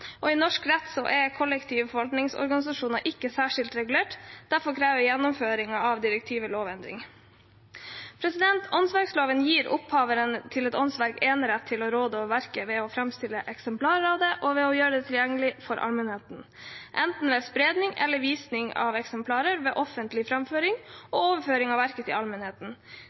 I norsk rett er kollektive forvaltningsorganisasjoner ikke særskilt regulert, derfor krever gjennomføringen av direktivet lovendring. Åndsverkloven gir opphaveren til et åndsverk enerett til å råde over verket ved å framstille eksemplar av det og ved å gjøre det tilgjengelig for allmennheten, enten ved spredning og visning av eksemplar eller ved offentlig fremføring og overføring av verket til allmennheten.